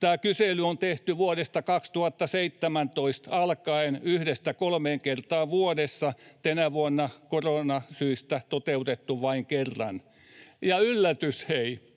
Tämä kysely on tehty vuodesta 2017 alkaen yhdestä kolmeen kertaa vuodessa, tänä vuonna koronasyistä toteutettu vain kerran. Ja yllätys hei: